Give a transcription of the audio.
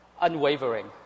unwavering